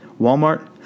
Walmart